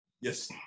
Yes